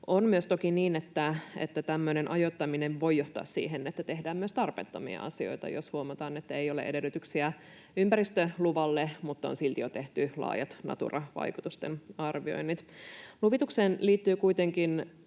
On toki myös niin, että tämmöinen ajoittaminen voi johtaa siihen, että tehdään myös tarpeettomia asioita, jos huomataan, että ei ole edellytyksiä ympäristöluvalle mutta on silti jo tehty laajat Natura-vaikutusten arvioinnit. Luvitukseen liittyy kuitenkin